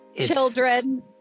Children